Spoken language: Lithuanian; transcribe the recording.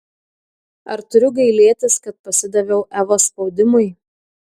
ar turiu gailėtis kad pasidaviau evos spaudimui